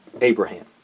Abraham